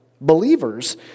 believers